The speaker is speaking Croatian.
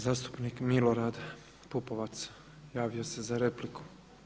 Zastupnik Milorad Pupovac javio se za repliku.